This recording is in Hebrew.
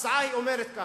ההצעה אומרת כך: